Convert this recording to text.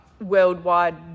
worldwide